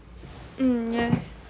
mm yes